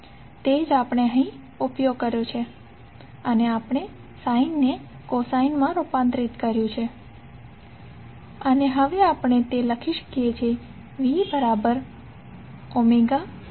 તો તે જ આપણે અહીં ઉપયોગ કર્યો છે અને આપણે sineને Cosineમાં રૂપાંતરિત કર્યું છે અને હવે આપણે તે લખી શકીએ છીએ